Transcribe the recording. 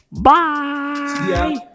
Bye